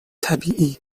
طبیعی